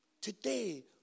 today